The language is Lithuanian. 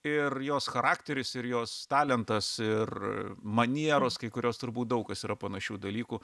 ir jos charakteris ir jos talentas ir manieros kai kurios turbūt daug kas yra panašių dalykų